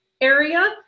area